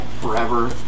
forever